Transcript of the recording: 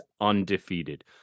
undefeated